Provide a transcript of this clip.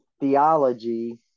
theology